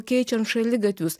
keičiant šaligatvius